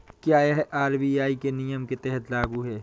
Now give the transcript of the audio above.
क्या यह आर.बी.आई के नियम के तहत लागू है?